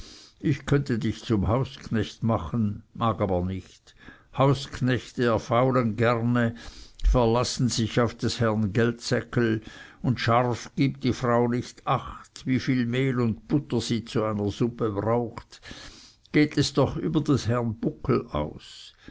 ich könnte dich zum hausknecht machen mag aber nicht hausknechte erfaulen gerne verlassen sich auf des herrn geldseckel und scharf gibt die frau nicht acht wieviel mehl und butter sie zu einer suppe braucht geht es doch über des herrn buckel aus